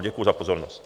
Děkuji za pozornost.